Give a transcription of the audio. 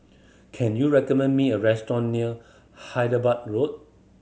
can you recommend me a restaurant near Hyderabad Road